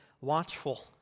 watchful